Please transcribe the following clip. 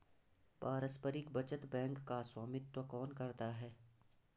पारस्परिक बचत बैंक का स्वामित्व कौन करता है?